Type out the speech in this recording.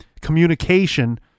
communication